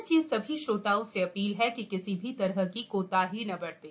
इसलिए सभी श्रोताओं से अधील है कि किसी भी तरह की कोताही न बरतें